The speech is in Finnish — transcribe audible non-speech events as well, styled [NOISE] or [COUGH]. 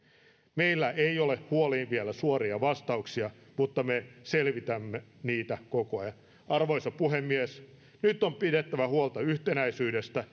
meillä ei ole huoliin vielä suoria vastauksia mutta me selvitämme niitä koko ajan arvoisa puhemies nyt on pidettävä huolta yhtenäisyydestä [UNINTELLIGIBLE]